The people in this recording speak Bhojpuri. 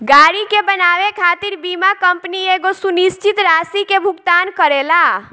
गाड़ी के बनावे खातिर बीमा कंपनी एगो सुनिश्चित राशि के भुगतान करेला